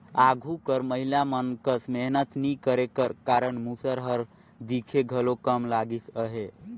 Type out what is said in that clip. आघु कर महिला मन कस मेहनत नी करे कर कारन मूसर हर दिखे घलो कम लगिस अहे